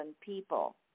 people